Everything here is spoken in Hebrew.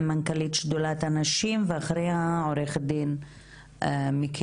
מנכ"לית שדולת השנים ואחריה עורכת דין מיקי.